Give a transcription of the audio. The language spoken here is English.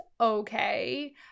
okay